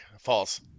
false